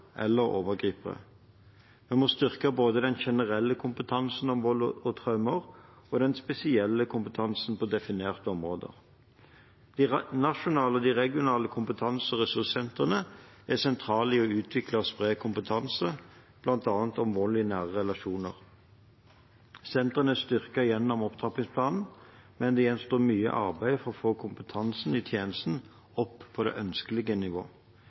eller overgripere. Vi må styrke både den generelle kompetansen om vold og traumer og den spesielle kompetansen på definerte områder. De nasjonale og regionale kompetanse- og ressurssentrene er sentrale i å utvikle og spre kompetanse, bl.a. om vold i nære relasjoner. Sentrene er styrket gjennom opptrappingsplanen, men det gjenstår mye arbeid for å få kompetansen i tjenesten opp